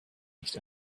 nicht